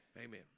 Amen